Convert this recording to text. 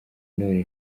none